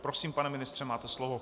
Prosím, pane ministře, máte slovo.